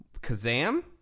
Kazam